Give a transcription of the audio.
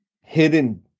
hidden